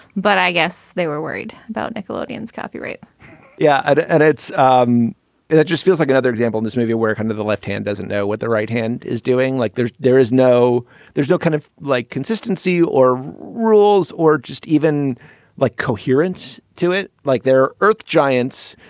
but i guess they were worried about nickelodeon's copyright yeah. and and it's. and um it just feels like another example in this movie where kind of the left hand doesn't know what the right hand is doing. like there is no there's no kind of like consistency or rules or just even like coherence to it, like their earth giants.